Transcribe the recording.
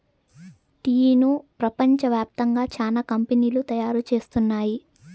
టీను ప్రపంచ వ్యాప్తంగా చానా కంపెనీలు తయారు చేస్తున్నాయి